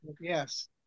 yes